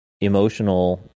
emotional